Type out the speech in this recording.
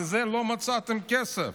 לזה לא מצאתם כסף.